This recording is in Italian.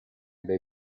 dei